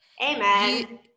amen